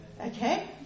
Okay